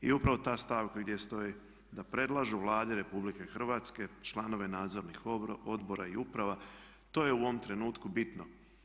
I upravo ta stavka gdje stoji da predlažu Vladi RH članove nadzornih odbora i uprava, to je u ovom trenutku bitno.